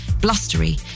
Blustery